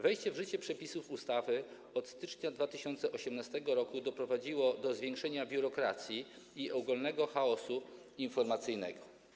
Wejście w życie przepisów ustawy od stycznia 2018 r. doprowadziło do zwiększenia biurokracji i ogólnego chaosu informacyjnego.